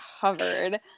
covered